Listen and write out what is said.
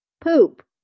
poop